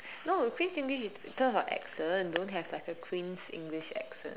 no queen's English is because of her accent don't have like a queen's English accent